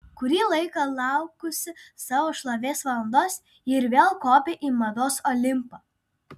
kurį laiką laukusi savo šlovės valandos ji ir vėl kopią į mados olimpą